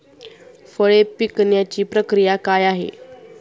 फळे पिकण्याची प्रक्रिया काय आहे?